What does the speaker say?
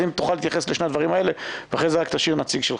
אז אם תוכל להתייחס לשני הדברים האלה ואז תשאיר נציג שלך.